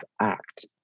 act